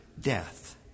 death